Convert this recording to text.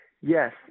Yes